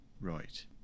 right